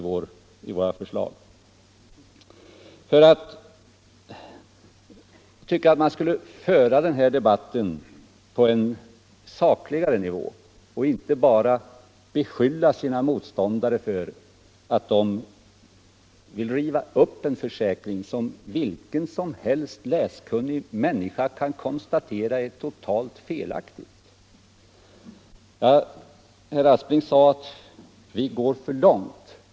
Jag tycker att vi borde föra den här debatten på ett sakligare sätt och att man inte skulle beskylla sina motståndare för att vilja riva upp försäkringen. Varje läskunnig människa kan konstatera att det är totalt felaktigt. Herr Aspling sade att vi går för långt.